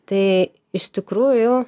tai iš tikrųjų